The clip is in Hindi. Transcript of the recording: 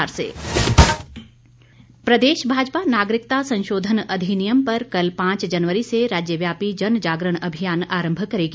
जनजागरण प्रदेश भाजपा नागरिकता संशोधन अधिनियम पर कल पांच जनवरी से राज्यव्यापी जनजागरण अभियान आरंभ करेगी